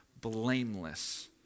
blameless